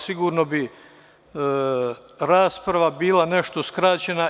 Sigurno bi rasprava bila nešto skraćena.